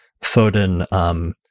Foden